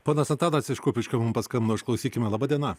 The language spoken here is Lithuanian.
ponas antanas iš kupiškio mum paskambino išklausykime laba diena